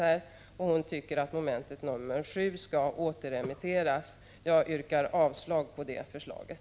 Birgit Friggebo tycker att moment 7 skall återremitteras. Jag yrkar avslag på det förslaget.